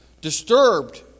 disturbed